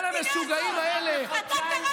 מה זה קשור?